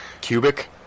Cubic